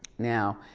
now,